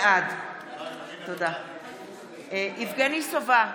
בעד יבגני סובה,